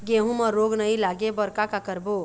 गेहूं म रोग नई लागे बर का का करबो?